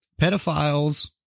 pedophiles